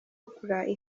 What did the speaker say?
oprah